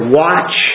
watch